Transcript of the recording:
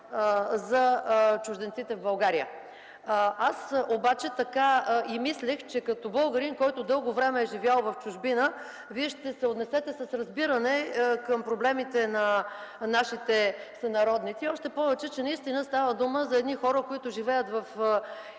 за чужденците в България. Аз обаче така и мислех, че като българин, който дълго време е живял в чужбина, Вие ще се отнесете с разбиране към проблемите на нашите сънародници, още повече наистина става дума за едни хора, живеещи в